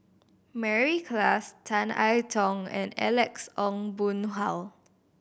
Mary Klass Tan I Tong and Alex Ong Boon Hau